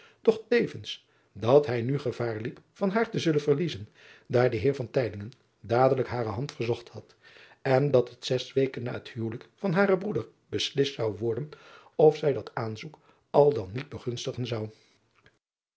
doch tevens dat hij nu gevaar liep van haar te zullen verliezen daar de eer dadelijk hare hand verzocht had en dat het zes weken na het huwelijk van haren broeder beslist zou worden of zij dat aanzoek al dan niet begunstigen zou